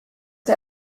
der